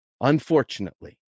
unfortunately